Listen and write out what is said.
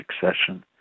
succession